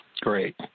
Great